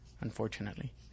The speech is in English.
unfortunately